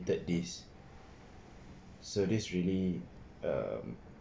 that is service really um